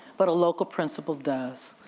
but a local principal does.